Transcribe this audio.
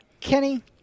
Kenny